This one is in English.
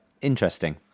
interesting